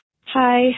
Hi